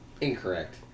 Incorrect